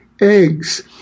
Eggs